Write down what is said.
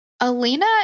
Alina